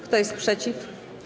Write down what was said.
Kto jest przeciw?